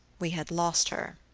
we had lost her.